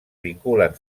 vinculen